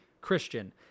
Christian